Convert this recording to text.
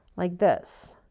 like this.